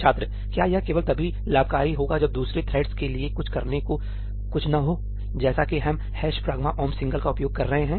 छात्र क्या यह केवल तभी लाभकारी होगा जब दूसरे थ्रेड्स के लिए करने को कुछ न हो जैसा कि हम ' pragma omp single' का उपयोग कर रहे हैं